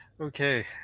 okay